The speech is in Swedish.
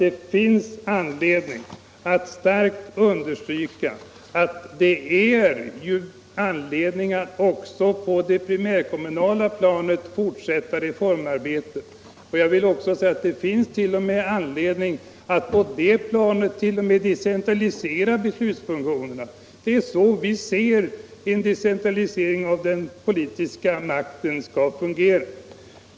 Jag vill därutöver starkt understryka att reformarbetet på det primärkommunala planet bör fortsätta. Det är t.o.m. motiverat att också där decentralisera beslutsfunktionerna. Det är så vi anser att en decentralisering av den politiska makten skall fungera.